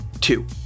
Two